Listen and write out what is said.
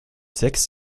sechs